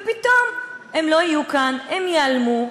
ופתאום הם לא יהיו כאן, הם ייעלמו.